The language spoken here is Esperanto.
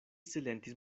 silentis